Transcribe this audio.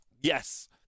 Yes